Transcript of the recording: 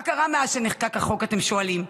מה קרה מאז שנחקק החוק, אתם שואלים?